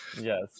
Yes